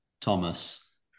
Thomas